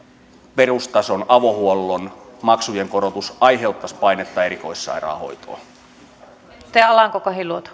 perustason avohuollon maksujen korotus aiheuttaisi painetta erikoissairaanhoitoon